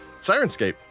Sirenscape